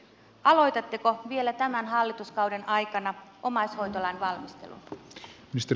aloitatteko vielä tämän hallituskauden aikana omaishoitolain valmistelun